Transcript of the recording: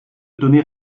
donner